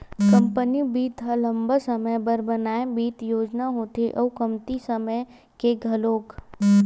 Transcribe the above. company बित्त ह लंबा समे बर बनाए बित्त योजना होथे अउ कमती समे के घलोक